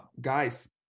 Guys